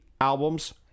albums